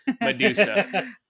Medusa